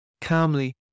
calmly